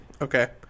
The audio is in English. Okay